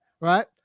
right